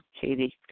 Katie